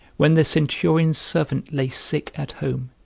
when the centurion's servant lay sick at home,